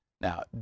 Now